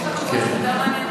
יש לך תשובות יותר מעניינות?